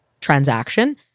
transaction